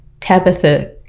Tabitha